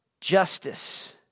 justice